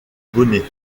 bonnet